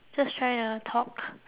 just trying to talk